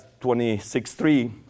26.3